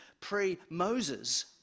pre-Moses